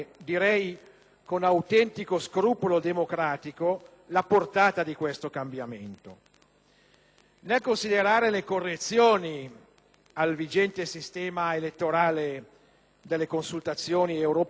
Nel considerare le correzioni al vigente sistema elettorale delle consultazioni europee, neppure per un attimo abbiamo inteso sottovalutare,